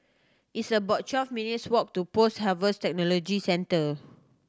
it's about twelve minutes' walk to Post Harvest Technology Center